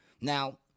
Now